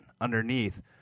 underneath